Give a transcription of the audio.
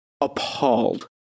appalled